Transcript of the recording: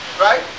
Right